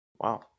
wow